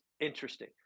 interesting